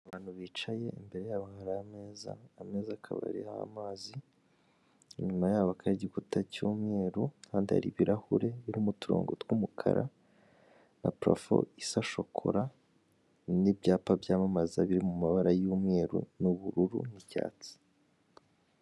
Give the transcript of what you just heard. Abantu bicaye imbere yabo hari ameza; ameza akaba ariho amazi; inyuma yabo hakaba hari igikuta cy'umweru; kandi hari ibirahure birimo uturongo tw'umukara na parafo isa shokora; n'ibyapa byamamaza biri mu mabara y'umweru, n'ubururu, n'icyatsi.